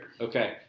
Okay